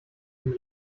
den